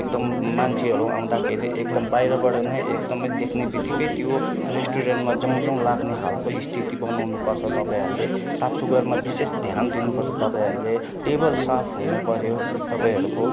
एकदम मान्छेहरू आउँदाखेरि एकदम बाहिरबाट नै एकदमै देख्नेबित्तिकै त्यो रेस्टुरेन्टमा जाऊँ जाऊँ लाग्ने खालको स्थिति बनाउनु पर्छ तपाईँहरूले साफ सुग्घरमा विशेष ध्यान दिनु पर्छ तपाईँहरूले टेबल साफ हुनु पर्यो तपाईँहरूको